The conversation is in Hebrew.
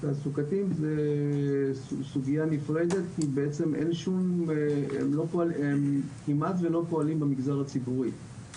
תעסוקתיים זו סוגיה נפרדת כי הם כמעט ולא פועלים במגזר הציבורי.